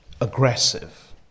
aggressive